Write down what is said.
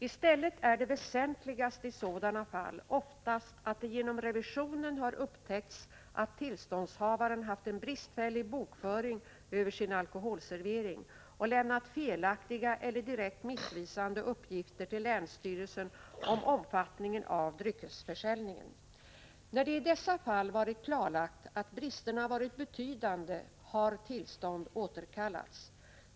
I stället är det väsentligaste i sådana fall oftast att det genom revisionen har upptäckts att tillståndshavaren haft en bristfällig bokföring över sin alkoholservering och lämnat felaktiga eller direkt missvisande uppgifter till länsstyrelsen om omfattningen av dryckesförsäljningen. När det i dessa fall varit klarlagt att bristerna varit betydande har tillstånd återkallats.